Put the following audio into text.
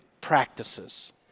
practices